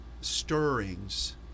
stirrings